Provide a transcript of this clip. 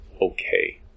okay